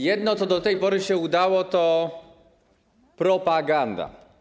Jedno, co do tej pory się udało, to propaganda.